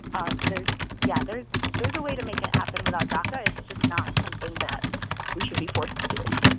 um there's yeah, there's there's a way to make it happen without daca. it's just not something that we should be forced to do,